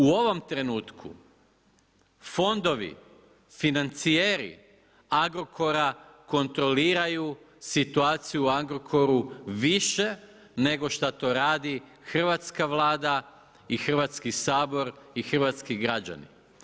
U ovom trenutku fondovi, financijeri Agrokora kontroliraju situaciju u Agrokoru više nego šta to radi hrvatska Vlada i hrvatski Sabor i hrvatski građani.